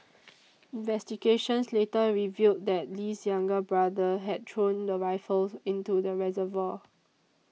investigations later revealed that Lee's younger brother had thrown the rifles into the reservoir